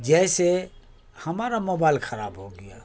جیسے ہمارا موبائل خراب ہو گیا